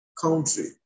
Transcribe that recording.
country